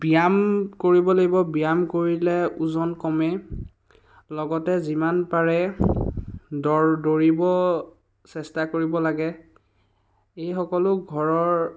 ব্যায়াম কৰিব লাগিব ব্যায়াম কৰিলে ওজন কমে লগতে যিমান পাৰে দৰ দৌৰিব চেষ্টা কৰিব লাগে এই সকলো ঘৰৰ